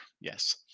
Yes